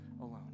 alone